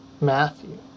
Matthew